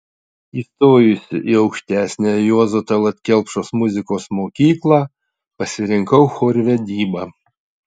įstojusi į aukštesniąją juozo tallat kelpšos muzikos mokyklą pasirinkau chorvedybą